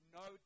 no